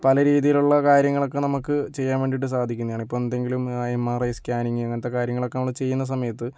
പല രീതിയിലുള്ള കാര്യങ്ങളൊക്കെ നമുക്ക് ചെയ്യാൻ വേണ്ടീട്ട് സാധിക്കുന്നെയാണ് ഇപ്പോൾ എന്തെങ്കിലും എം ആർ ഐ സ്കാനിങ് അങ്ങനത്തെ കാര്യങ്ങളൊക്കെ നമ്മള് ചെയ്യുന്ന സമയത്ത്